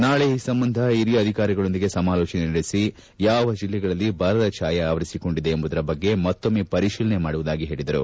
ನಾಳೆ ಈ ಸಂಬಂಧ ಹಿರಿಯ ಅಧಿಕಾರಿಗಳೊಂದಿಗೆ ಸಮಾಲೋಚನೆ ನಡೆಸಿ ಯಾವ ಜಿಲ್ಲೆಗಳಲಿ ಬರದ ಭಾಯೆ ಆವರಿಸಿಕೊಂಡಿದೆ ಎಂಬುದರ ಬಗ್ಗೆ ಮತ್ತೊಮ್ಮೆ ಪರಿಶೀಲನೆ ಮಾಡುವುದಾಗಿ ಹೇಳಿದರು